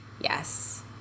Yes